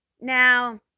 now